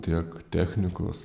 tiek technikos